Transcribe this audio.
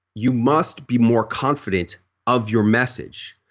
you must be more confident of your message.